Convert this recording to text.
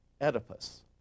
Oedipus